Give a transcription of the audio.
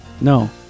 No